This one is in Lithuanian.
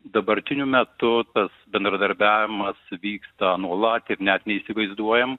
dabartiniu metu tas bendradarbiavimas vyksta nuolat ir net neįsivaizduojam